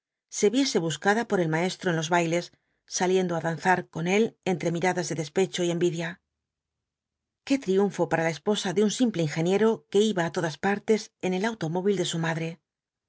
se viese buscada por el maestro en los bailes saliendo á danzar con él entre miradas de despecho y envidia qué triunfo para la esposa de un simple ingeniero que iba á todas partes en el automóvil de su madre